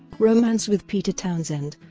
romance with peter townsend